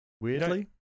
weirdly